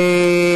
נכון.